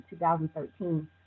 2013